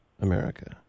America